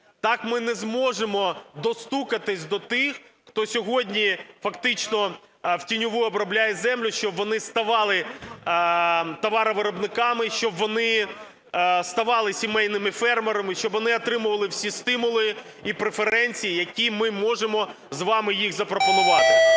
Так ми не зможемо достукатись до тих, хто сьогодні фактично втіньову обробляє землю, щоб вони ставали товаровиробниками, щоб вони ставали сімейними фермерами, щоб вони отримували всі стимули і преференції, які ми можемо з вами їм запропонувати.